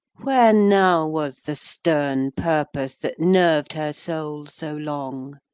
where now was the stern purpose that nerved her soul so long?